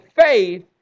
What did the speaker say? faith